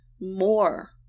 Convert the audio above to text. more